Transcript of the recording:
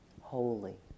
holy